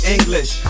English